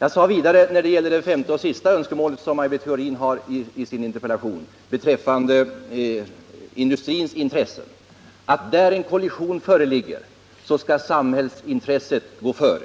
Jag sade vidare när det gällde det femte och sista önskemålet, som Maj Britt Theorin har framfört i sin interpellation och som rörde industrins intressen, att där en kollision förelåg skall samhällsintresset gå före.